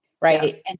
right